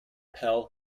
pell